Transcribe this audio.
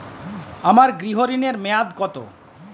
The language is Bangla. আমার গৃহ ঋণের মেয়াদ কত?